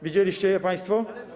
Widzieliście je państwo?